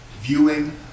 viewing